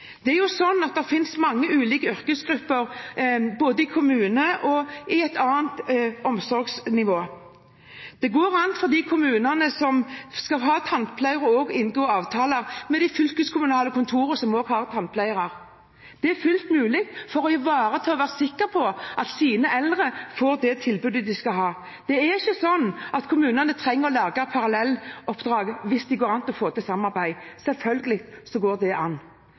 Det er jo sånn at det finnes mange ulike yrkesgrupper, både i kommune og i et annet omsorgsnivå. Det går an for de kommunene som skal ha tannpleie, også å inngå avtaler med de fylkeskommunale kontorene som har tannpleiere. Det er fullt mulig, for å ivareta og være sikker på at deres eldre får det tilbudet de skal ha. Det er ikke sånn at kommunene trenger å lage parallelloppdrag hvis det går an å få til samarbeid – selvfølgelig går det an.